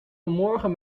vanmorgen